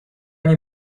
nie